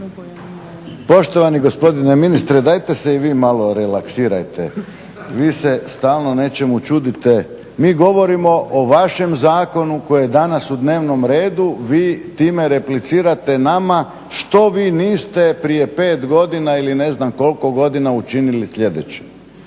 Poštovani gospodine ministre, dajte se i vi malo relaksirajte, vi se stalno nečemu čudite. Mi govorimo o vašem zakonu koji je danas u dnevnom redu, vi time replicirate nama što vi niste prije 5 godina ili ne znam koliko godina učinili sljedeće.